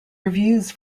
reviews